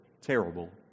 terrible